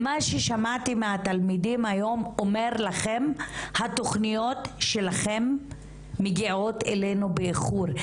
מה ששמעתי מהתלמידים היום אומר לכם התוכניות שלכם מגיעות אלינו באיחור.